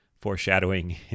Foreshadowing